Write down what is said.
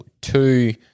two